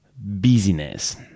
busyness